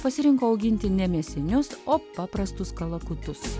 pasirinko auginti ne mėsinius o paprastus kalakutus